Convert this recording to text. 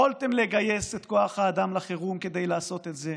יכולתם לגייס את כוח האדם לחירום כדי לעשות את זה,